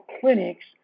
clinics